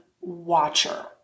watcher